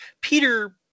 Peter